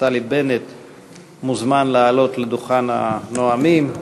תוכן העניינים